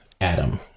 Adam